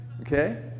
Okay